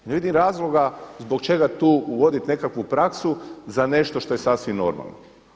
Ne vidim razloga zbog čega tu uvoditi nekakvu praksu za nešto što je sasvim normalno.